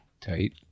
tight